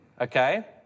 okay